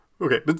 Okay